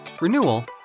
renewal